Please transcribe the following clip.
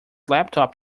laptop